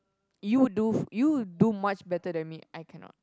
you do you do much better than me I cannot